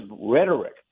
rhetoric